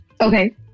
Okay